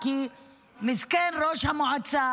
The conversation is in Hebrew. מסכן ראש המועצה,